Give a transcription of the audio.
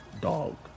dog